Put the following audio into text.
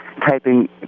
typing